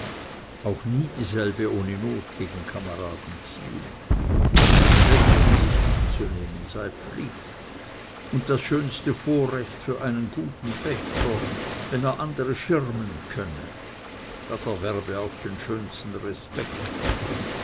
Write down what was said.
auch nie dieselbe ohne not gegen kameraden ziehen des schwächern sich anzunehmen sei pflicht und das das schönste vorrecht für einen guten fechter wenn er andere schirmen könne das erwerbe auch den schönsten respekt